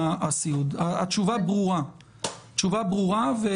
בחודש מרץ האחרון עת הורידה הקורונה טיפה ראש הדבר הראשון שהחליטה